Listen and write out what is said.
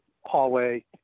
hallway